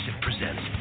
presents